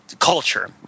culture